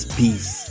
peace